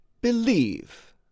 believe